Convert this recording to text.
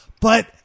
but-